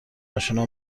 آشنا